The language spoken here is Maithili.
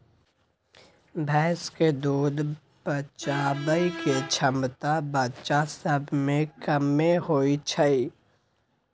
भैंस के दूध पचाबइ के क्षमता बच्चा सब में कम्मे होइ छइ